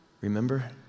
Remember